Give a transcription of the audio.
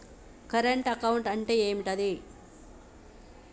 Current account అంటే ఏంటిది?